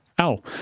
ow